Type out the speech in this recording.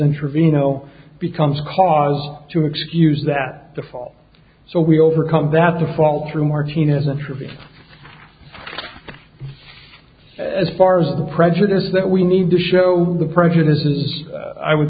trevino becomes a cause to excuse that the fall so we overcome that the fall through martinez attribute as far as the prejudice that we need to show the prejudice is i would